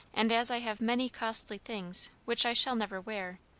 and as i have many costly things which i shall never wear,